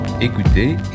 Écoutez